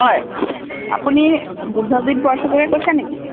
হয় আপুনি বুদ্ধজিত বৰঠাকুৰে কৈছে নেকি